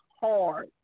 hard